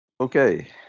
Okay